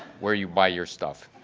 where you buy your stuff!